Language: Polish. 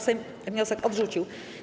Sejm wniosek odrzucił.